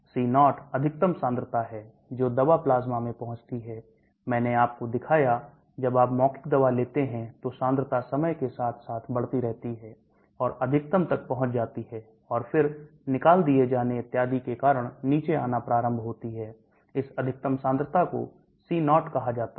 C0 अधिकतम सांद्रता है जो दवा प्लाज्मा में पहुंचती है मैंने आपको दिखाया जब आप मौखिक दवा लेते हैं तो सांद्रता समय के साथ साथ बढ़ती रहती है और अधिकतम तक पहुंच जाती है और फिर निकाल दिए जाने इत्यादि के कारण नीचे आना प्रारंभ होती है इस अधिकतम सांद्रता को C0 कहा जाता है